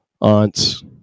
aunt's